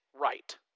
right